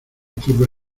turba